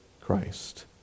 Christ